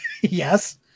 Yes